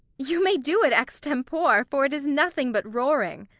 you may do it extempore, for it is nothing but roaring.